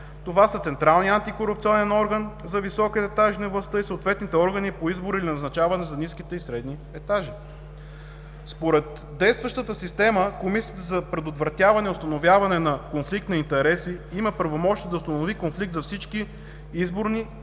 Това са: Централният антикорупционен орган за високите етажи на властта и съответните органи по избор и назначаване за ниските и средни етажи. Според действащата система Комисията за предотвратяване и установяване на конфликт на интереси има правомощие да установи конфликт за всички изборни